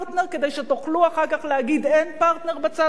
שתוכלו אחר כך להגיד: אין פרטנר בצד השני?